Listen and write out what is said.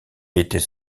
était